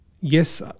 Yes